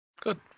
Good